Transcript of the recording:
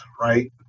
right